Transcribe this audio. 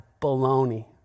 baloney